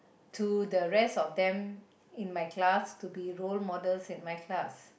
to the rest of them in my class to be role models in my class